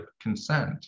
consent